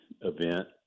event